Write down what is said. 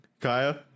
Kaya